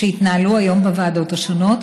שהתנהלו היום בוועדות השונות,